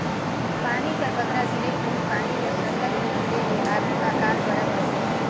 पानी कर बगरा गिरई घनी पानी कर सरलग नी गिरे ले आघु अकाल परत रहिस